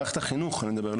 על מערכת החינוך אני מדבר.